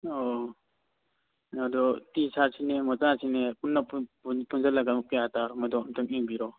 ꯑꯣ ꯑꯗꯣ ꯇꯤ ꯁꯥꯔꯠꯁꯤꯅꯦ ꯃꯣꯖꯥꯁꯤꯅꯦ ꯄꯨꯟꯅ ꯄꯨꯟꯖꯜꯂꯒ ꯀꯌꯥ ꯇꯥꯔꯕꯅꯣꯗꯣ ꯑꯃꯨꯛꯇꯪ ꯌꯦꯡꯕꯤꯔꯣ